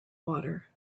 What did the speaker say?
water